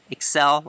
Excel